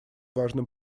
важным